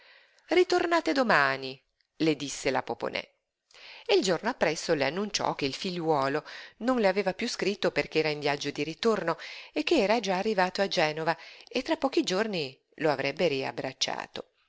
ritornate domani le disse la poponè e il giorno appresso le annunciò che il figliuolo non le aveva piú scritto perché era in viaggio di ritorno e che già era arrivato a genova e tra pochi giorni lo avrebbe riabbracciato